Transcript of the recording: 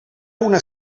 una